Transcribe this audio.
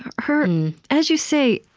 her um as you say,